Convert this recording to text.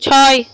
ছয়